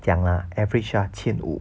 讲啦 average 千五